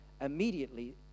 immediately